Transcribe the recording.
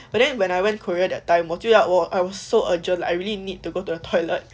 but then when I went korea that time 我就要我 I was so urgent I really need to go to the toilet